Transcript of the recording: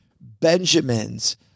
Benjamins